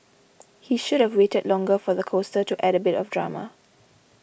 he should have waited longer for the coaster to add a bit of drama